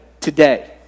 today